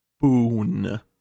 boon